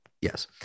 yes